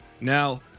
Now